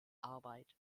arbeit